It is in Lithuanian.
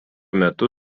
metu